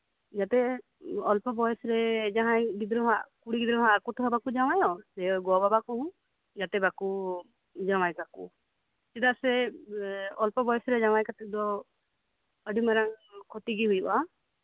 ᱡᱟᱛᱮ ᱚᱞᱯᱚ ᱵᱚᱭᱚᱥᱨᱮ ᱡᱟᱸᱦᱟ ᱜᱤᱫᱽᱨᱟᱹ ᱠᱩᱲᱤ ᱜᱤᱫᱽᱨᱟᱹ ᱦᱚᱸ ᱟᱠᱚ ᱛᱮᱦᱚᱸ ᱵᱟᱠᱚ ᱡᱟᱶᱟᱭ ᱚᱜ ᱥᱮ ᱜᱚᱜᱚ ᱵᱟᱵᱟ ᱛᱟᱠᱚ ᱡᱟᱛᱮ ᱵᱟᱠᱚ ᱡᱟᱶᱟᱭ ᱠᱟᱠᱚ ᱪᱮᱫᱟᱜ ᱥᱮ ᱚᱞᱯᱚ ᱵᱚᱭᱚᱥᱨᱮ ᱡᱟᱶᱟᱭ ᱠᱟᱛᱮ ᱫᱚ ᱟᱹᱰᱤ ᱢᱟᱨᱟᱝ ᱠᱷᱚᱛᱤ ᱜᱮ ᱦᱩᱭᱩᱜᱼᱟ